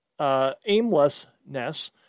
aimlessness